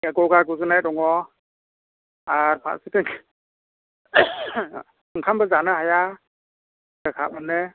गगा गुजुनाय दङ आरो फारसेथिं ओंखामबो जानो हाया गोखा मोनो